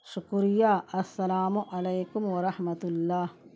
شکریہ السلام علیکم و رحمت اللہ